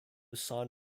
sign